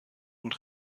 und